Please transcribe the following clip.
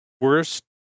worst